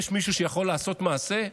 יש מישהו שיכול לעשות מעשה?